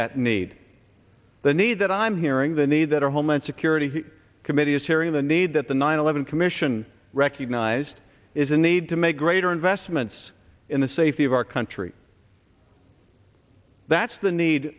that need the need that i'm hearing the need that our homeland security committee is hearing the need that the nine eleven commission recognized is a need to make greater investments in the safety of our country that's the need